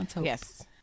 yes